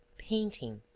painting.